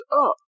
up